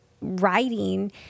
writing